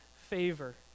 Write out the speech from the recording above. favor